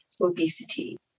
obesity